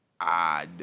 odd